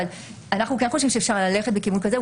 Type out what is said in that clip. אבל אנחנו כן חושבים שאפשר ללכת בכיוון כזה.